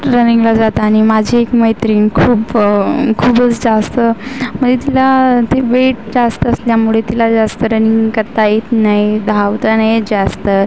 रनिंगला जातानी माझी एक मैत्रीण खूप खूपच जास्त मये तिला ते वेट जास्त असल्यामुळे तिला जास्त रनिंग करता येत नाही धावता नाही येत जास्त